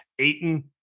Aiton